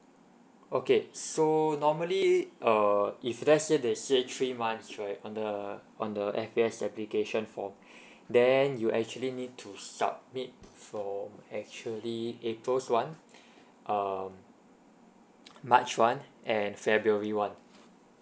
okay so normally err if let's say they say three months right on the on the F_A_S application form then you actually need to submit for actually april's one um march one and february one